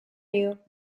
you